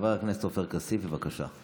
חבר הכנסת עופר כסיף, בבקשה.